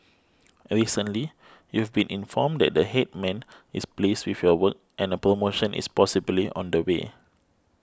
recently you've been informed that the Headman is pleased with your work and a promotion is possibly on the way